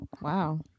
Wow